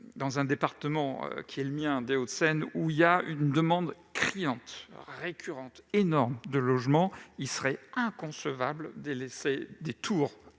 Dans mon département des Hauts-de-Seine, confronté à une demande criante, récurrente, énorme de logements, il serait inconcevable de laisser des tours à moitié